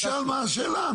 תשאל, מה השאלה?